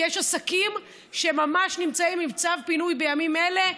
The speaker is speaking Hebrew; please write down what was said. כי יש עסקים שממש נמצאים עם צו פינוי בימים אלה,